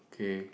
K